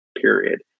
period